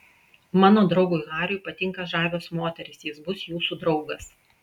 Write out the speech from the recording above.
mano draugui hariui patinka žavios moterys jis bus jūsų draugas